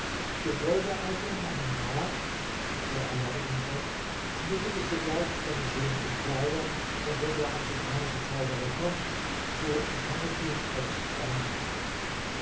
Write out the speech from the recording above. befolge also meinen rat fuhr alaeddin fort schmücke dich sogleich mit deinen schönsten kleidern und wenn der afrikanische zauberer kommt so empfange ihn aufs freundlichste